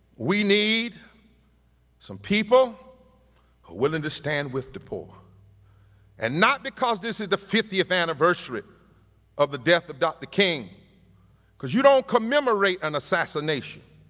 we need some people who are willing to stand with the poor and not because this is the fiftieth anniversary of the death of dr. king because you don't commemorate an assassination,